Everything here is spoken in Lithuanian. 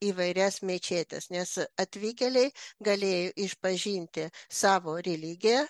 įvairias mečetes nes atvykėliai galėjo išpažinti savo religiją